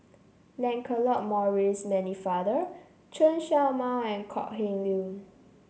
Lancelot Maurice Pennefather Chen Show Mao and Kok Heng Leun